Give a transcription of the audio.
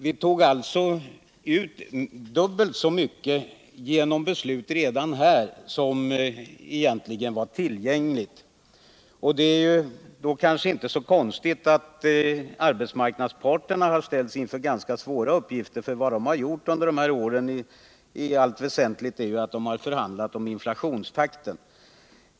Vi tog således ut dubbelt så mycket redan genom beslut här som egentligen var tillgängligt. Det är då kanske inte så konstigt att arbetsmarknadsparterna har ställts inför ganska svåra uppgifter. Vad de har gjort under de här åren i allt väsentligt är ju att de har förhandlat om inflationstakten.